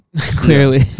Clearly